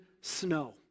snow